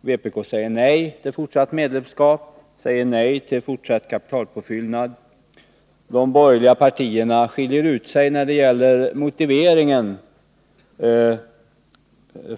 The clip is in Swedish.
Vpk säger nej till fortsatt medlemskap och fortsatt kapitalpåfyllnad. De borgerliga partierna skiljer ut sig när det gäller motiveringen